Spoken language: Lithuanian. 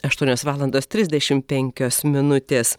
aštuonios valandos trisdešim penkios minutės